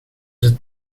het